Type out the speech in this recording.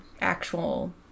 actual